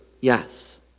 Yes